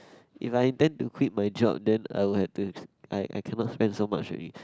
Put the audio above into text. if I intend to quit my job then I will have to I I cannot spend so much already